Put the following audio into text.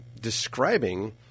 describing